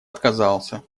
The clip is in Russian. отказался